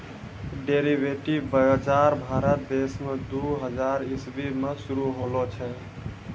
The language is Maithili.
डेरिवेटिव बजार भारत देश मे दू हजार इसवी मे शुरू होलो छै